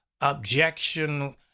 objection